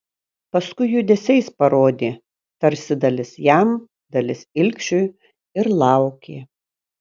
paskui judesiais parodė tarsi dalis jam dalis ilgšiui ir laukė